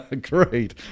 Great